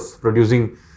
producing